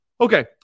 Okay